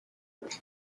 yes